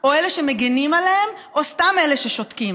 או אלה שמגינים עליהם או סתם אלה ששותקים,